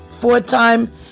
Four-time